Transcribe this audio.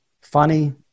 Funny